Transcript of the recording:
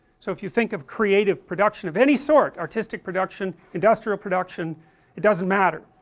so if you think of creative production of any sort, artistic production, industrial production it doesn't matter,